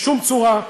בשום צורה,